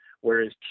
whereas